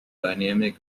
dynamic